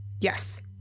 Yes